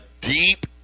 deep